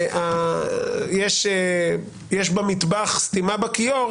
שבגלל שיש במטבח סתימה בכיור,